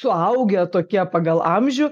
suaugę tokie pagal amžių